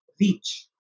reach